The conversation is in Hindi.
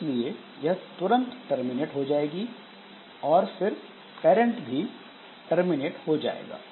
इसलिए यह तुरंत टर्मिनेट हो जाएगी और फिर पैरंट भी टर्मिनेट हो जाएगा